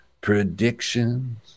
predictions